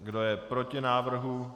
Kdo je proti návrhu?